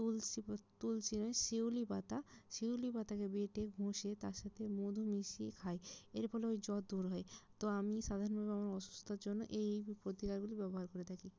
তুলসী পা তুলসী নয় শিউলি পাতা শিউলি পাতাকে বেঁটে ঘঁষে তার সাথে মধু মিশিয়ে খায় এর ফলে ওই জ্বর দূর হয় তো আমি সাধারণভাবে আমার অসুস্থতার জন্য এই এই প্রতিকারগুলি ব্যবহার করে থাকি